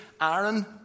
Aaron